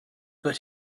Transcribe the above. but